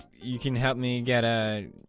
you could help me get ah